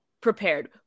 prepared